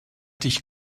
dich